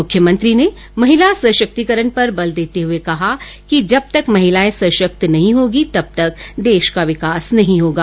मुख्यमंत्री ने महिला सशक्तिकरण पर बल देते हुए कहा कि जब तक महिलाएं सशक्त नहीं होगी देश का विकास नहीं होगा